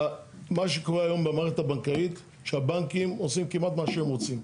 מה שקורה היום במערכת הבנקאית שהבנקים עושים כמעט מה שהם רוצים.